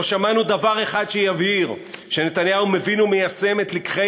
לא שמענו דבר אחד שיבהיר שנתניהו מבין ומיישם את לקחי